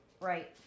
right